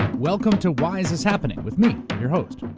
welcome to why is this happening? with me, your host,